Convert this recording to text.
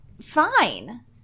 fine